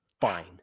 Fine